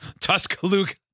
Tuscaloosa